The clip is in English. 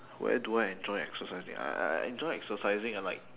where do I enjoy exercising I I I enjoy exercising at like